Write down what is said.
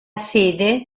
sede